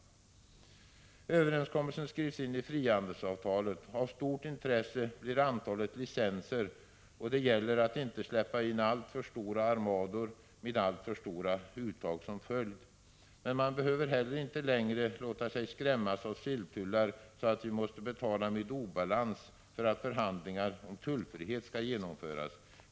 Överenskommelsen skrivs in i frihandelsavtalet. Av stort intresse blir antalet licenser, och det gäller att inte släppa in alltför stora armador med alltför stora uttag som följd. Men man behöver heller inte längre låta sig skrämmas av silltullar, så att vi måste betala med obalans för att förhandlingar om tullfrihet skall genomföras.